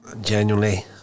genuinely